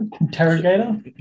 Interrogator